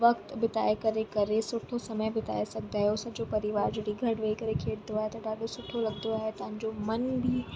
वक़्तु बिताए करे करे सुठो समय बिताए सघंदा आहियो सॼो परिवार जॾहिं गॾु वेही करे खेॾंदो आहे त ॾाढो सुठो लॻंदो आहे तव्हांजो मन बि